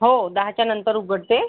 हो दहानंतर उघडते